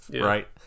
right